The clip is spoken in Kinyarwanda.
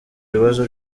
ibibazo